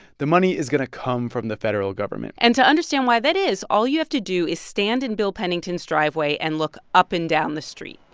the money is going to come from the federal government and to understand why that is, all you have to do is stand in bill pennington's driveway and look up and down the street